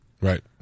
Right